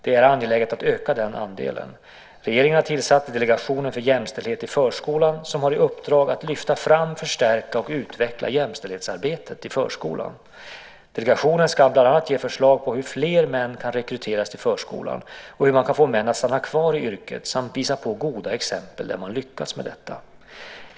Det är angeläget att öka den andelen. Regeringen har tillsatt Delegationen för jämställdhet i förskolan som har i uppdrag att lyfta fram, förstärka och utveckla jämställdhetsarbetet i förskolan. Delegationen ska bland annat ge förslag på hur fler män kan rekryteras till förskolan och hur man kan få män att stanna kvar i yrket samt visa på goda exempel där man lyckats med detta.